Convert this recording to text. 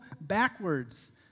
backwards